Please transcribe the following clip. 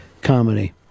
comedy